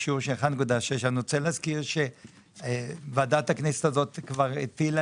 אני רוצה להזכיר שוועדת הכנסת הזאת כבר הטילה